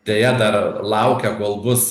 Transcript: deja dar laukia kol bus